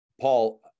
Paul